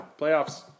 Playoffs